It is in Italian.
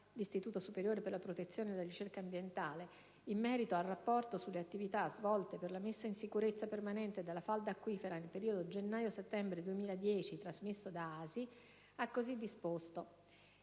(Istituto superiore per la protezione e la ricerca ambientale) in merito al «Rapporto sulle attività svolte per la messa in sicurezza permanente della falda acquifera nel periodo gennaio-settembre 2010» trasmesso da ASI, ha cosi disposto: